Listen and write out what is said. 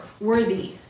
worthy